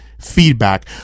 feedback